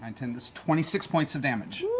and ten, that's twenty six points of damage.